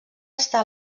està